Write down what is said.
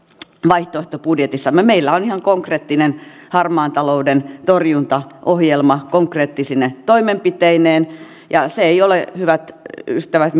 vaihtoehtobudjetissamme meillä on ihan konkreettinen harmaan talouden torjuntaohjelma konkreettisine toimenpiteineen se ei ole hyvät ystävät